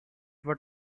what